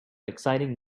exciting